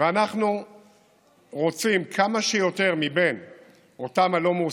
ואנחנו רוצים כמה שיותר מבין הלא-מועסקים,